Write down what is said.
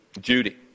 Judy